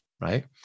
Right